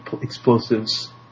explosives